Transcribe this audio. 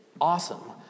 awesome